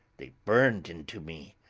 they burned into me,